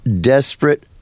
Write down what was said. desperate